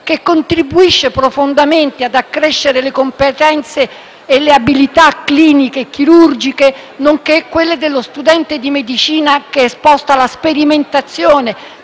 che contribuisce profondamente ad accrescere le competenze e le abilità cliniche e chirurgiche, nonché quelle dello studente di medicina, che sposta la sperimentazione